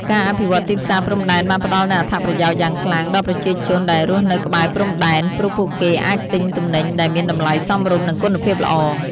ការអភិវឌ្ឍទីផ្សារព្រំដែនបានផ្តល់នូវអត្ថប្រយោជន៍យ៉ាងខ្លាំងដល់ប្រជាជនដែលរស់នៅក្បែរព្រំដែន ព្រោះពួកគេអាចទិញទំនិញដែលមានតម្លៃសមរម្យនិងគុណភាពល្អ។